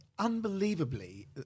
Unbelievably